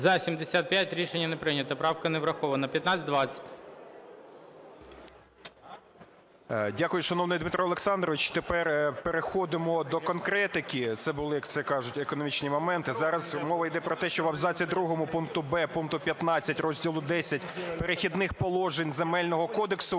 За-75 Рішення не прийнято. Правка не врахована. 1520. 10:31:51 КОЛТУНОВИЧ О.С. Дякую, шановний Дмитро Олександровичу. Тепер переходимо до конкретики. Це були, як то кажуть, економічні моменти. Зараз мова йде про те, що в абзаці другому пункту "б" пункту 15 розділу Х "Перехідних положень" Земельного кодексу